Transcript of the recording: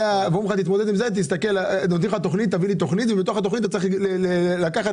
נותנים לך תכנית ומתוך התכנית אתה צריך לקחת